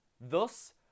Thus